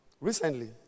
recently